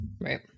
Right